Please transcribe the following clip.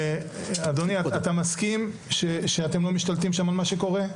אדוני, אתה מסכים שאתם לא משתלטים שם על מה שקורה?